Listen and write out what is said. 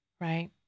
Right